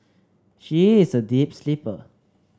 she is a deep sleeper